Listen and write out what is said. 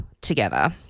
together